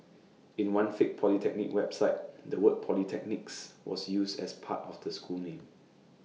in one fake polytechnic website the word polytechnics was used as part of the school name